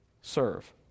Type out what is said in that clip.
serve